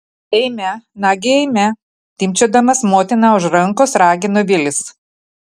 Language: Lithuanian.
eime nagi eime timpčiodamas motiną už rankos ragino vilis